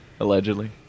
Allegedly